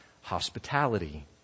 hospitality